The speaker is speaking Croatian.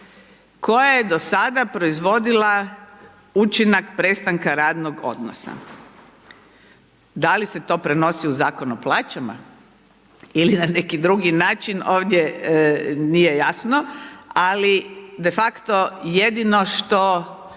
koja je do sada proizvodila učinak prestanka radnog odnosa. Da li se to prenosi u Zakon o plaćama ili na neki drugi način, ovdje nije jasno, ali de facto, jedino što